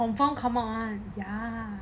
confirm come out [one] ya